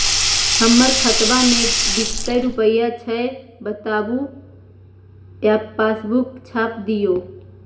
हमर खाता में विकतै रूपया छै बताबू या पासबुक छाप दियो?